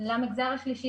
למגזר השלישי,